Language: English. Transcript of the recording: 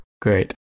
Great